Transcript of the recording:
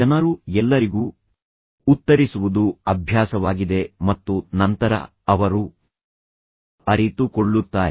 ಜನರು ಎಲ್ಲರಿಗೂ ಉತ್ತರಿಸುವುದು ಅಭ್ಯಾಸವಾಗಿದೆ ಮತ್ತು ನಂತರ ಅವರು ಅರಿತುಕೊಳ್ಳುತ್ತಾರೆ